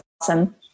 awesome